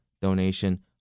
donation